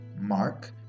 Mark